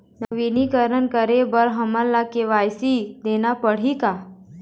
नवीनीकरण करे बर हमन ला के.वाई.सी देना पड़ही का?